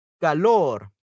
calor